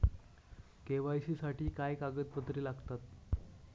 KYC साठी काय कागदपत्रे लागतात?